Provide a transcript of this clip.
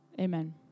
Amen